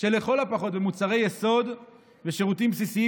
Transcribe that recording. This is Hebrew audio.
שלכל הפחות מוצרי יסוד ושירותים בסיסיים